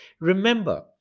Remember